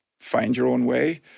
find-your-own-way